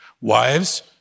Wives